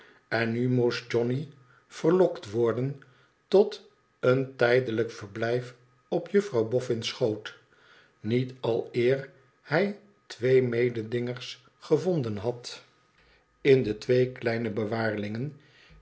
en nu moest johnny verlokt worden tot een tijdelijk verblijf op juffrouw bofïin's schoot niet aleer hij twee mededingers gevonden had in de twee kleine bewaarlingen